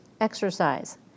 exercise